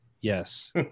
yes